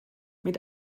mit